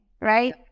right